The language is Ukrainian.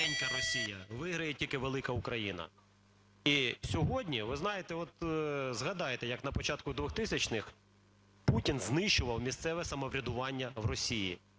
ви знаєте, от, згадайте, як на початку 2000-х Путін знищував місцеве самоврядування в Росії,